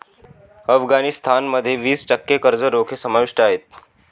अफगाणिस्तान मध्ये वीस टक्के कर्ज रोखे समाविष्ट आहेत